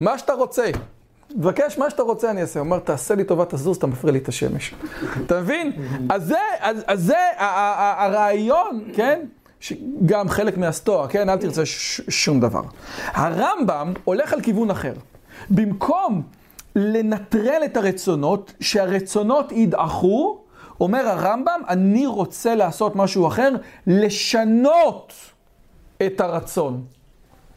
מה שאתה רוצה, תבקש מה שאתה רוצה אני אעשה. הוא אומר, תעשה לי טובה, תזוז, אתה מפריע לי את השמש. אתה מבין? אז זה הרעיון, כן? גם חלק מהסטואה, כן? אל תרצה שום דבר. הרמב"ם הולך על כיוון אחר. במקום לנטרל את הרצונות, שהרצונות ידעכו, אומר הרמב"ם, אני רוצה לעשות משהו אחר, לשנות את הרצון.